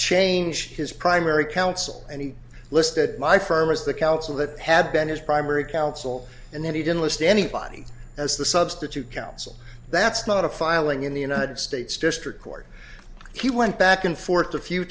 change his primary counsel and he listed my firm as the counsel that had been his primary counsel and then he didn't list anybody as the substitute counsel that's not a filing in the united states district court he went back and forth a few